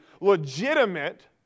legitimate